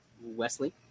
Wesley